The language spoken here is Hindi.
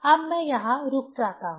अब मैं यहां रुक जाता हूं